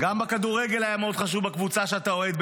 גם בכדורגל היה מאוד חשוב בקבוצה שאתה אוהד,